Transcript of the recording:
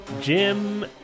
Jim